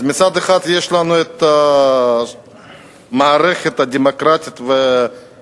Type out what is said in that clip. אז מצד אחד יש לנו המערכת הדמוקרטית המפותחת,